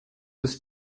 ist